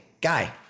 guy